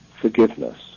forgiveness